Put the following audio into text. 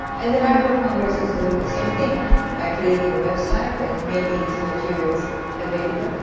and the library of congress is doing the same thing by creating a website but making these materials available.